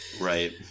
right